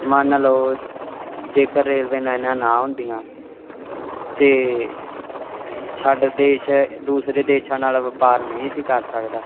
ਮੰਨ ਲਓ ਜੇਕਰ ਰੇਲਵੇ ਲਾਈਨਾਂ ਨਾ ਹੁੰਦੀਆਂ ਅਤੇ ਸਾਡੇ ਦੇਸ਼ ਦੂਸਰੇ ਦੇਸ਼ਾਂ ਨਾਲ ਵਪਾਰ ਨਹੀਂ ਸੀ ਕਰ ਸਕਦਾ